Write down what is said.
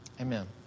Amen